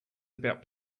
about